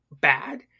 bad